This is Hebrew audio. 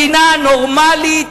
אז למה שלא, מדינה נורמלית.